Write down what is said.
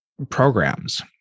programs